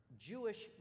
Jewish